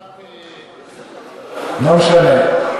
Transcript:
גבעת, לא משנה.